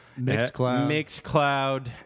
Mixcloud